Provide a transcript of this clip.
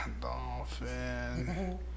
Dolphin